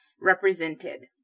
represented